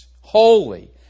holy